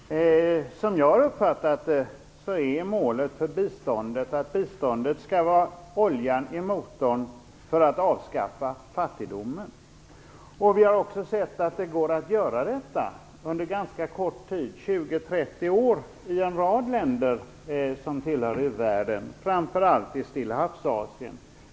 Herr talman! Jag har uppfattat att målet för biståndet är att biståndet skall vara oljan i motorn för att avskaffa fattigdomen. Vi har också sett att det går att göra detta på en ganska kort tid, 20-30 år, i en rad länder som tillhör u-världen, framför allt i Stillahavsasien.